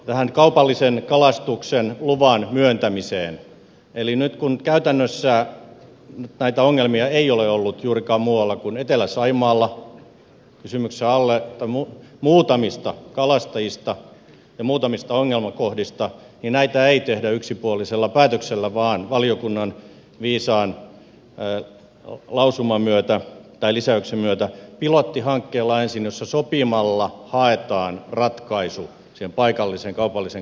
tähän kaupallisen kalastuksen luvan myöntämiseen eli nyt kun käytännössä näitä ongelmia ei ole ollut juurikaan muualla kuin etelä saimaalla kysymys on muutamista kalastajista ja muutamista ongelmakohdista näitä ei tehdä yksipuolisella päätöksellä vaan valiokunnan viisaan lisäyksen myötä ensin pilottihankkeella jossa sopimalla haetaan ratkaisu siihen paikalliseen kaupallisen kalastuksen lupaan